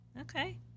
okay